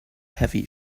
heavy